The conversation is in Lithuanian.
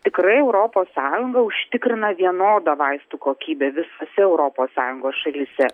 tikrai europos sąjunga užtikrina vienodą vaistų kokybę visose europos sąjungos šalyse